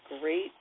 great